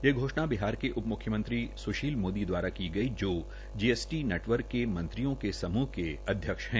ये घोषणा बिहार के उप मुख्यमंत्री सुशील मोदी द्वारा की गई जो कि जीएसटी नेटवर्क के मंत्रियों के समूह के अध्यक्ष है